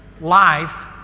life